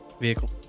Vehicle